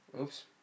Oops